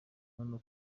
hano